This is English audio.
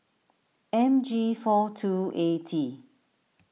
M G four two A T